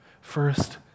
first